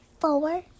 four